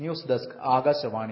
news desk Akashvani